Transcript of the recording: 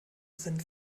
sind